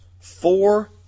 four